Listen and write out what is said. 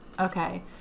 Okay